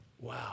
Wow